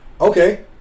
Okay